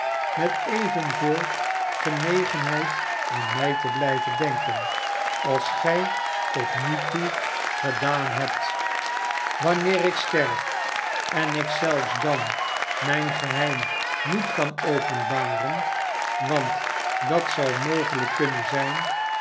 met evenveel genegenheid aan mij te blijven denken als gij tot nog toe gedaan hebt wanneer ik sterf en ik zelfs dan mijn geheim niet kan openbaren want dat zou mogelijk kunnen zijn